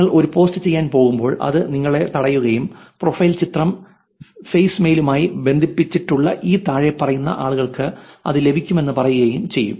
നിങ്ങൾ ഒരു പോസ്റ്റ് ചെയ്യാൻ പോകുമ്പോൾ അത് നിങ്ങളെ തടയുകയും പ്രൊഫൈൽ ചിത്രം ഫെയ്സ് മെയിലുമായി ബന്ധിപ്പിച്ചിട്ടുള്ള ഈ താഴെ പറയുന്ന ആളുകൾക്ക് അത് ലഭിക്കുമെന്ന് പറയുകയും ചെയ്യും